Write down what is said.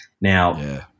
Now